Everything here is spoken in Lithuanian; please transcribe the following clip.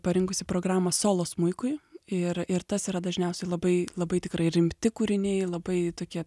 parinkusi programą solo smuikui ir ir tas yra dažniausiai labai labai tikrai rimti kūriniai labai tokie